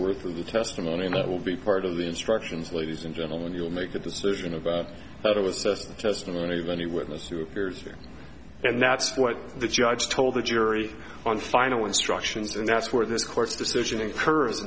worth of the testimony and that will be part of the instructions ladies and gentlemen you'll make a decision about how to assess the testimony of any witness who appears here and that's what the judge told the jury on final instructions and that's where this court's decision encourage